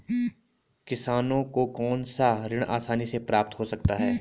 किसानों को कौनसा ऋण आसानी से प्राप्त हो सकता है?